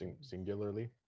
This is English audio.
Singularly